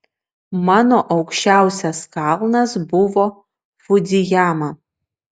mano aukščiausias kalnas buvo fudzijama